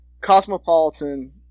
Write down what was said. cosmopolitan